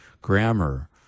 grammar